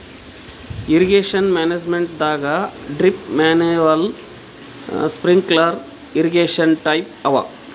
irrigation ಮ್ಯಾನೇಜ್ಮೆಂಟದಾಗ್ drip manual sprinkler irrigation type ಅವ